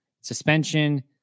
suspension